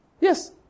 Yes